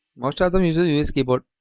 most ratham users use keyboard